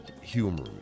humor